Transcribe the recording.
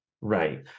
Right